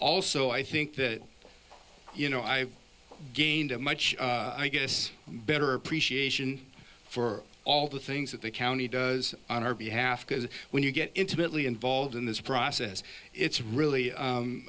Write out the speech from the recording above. also i think that you know i gained a much i guess better appreciation for all the things that the county does on our behalf because when you get intimately involved in this process it's really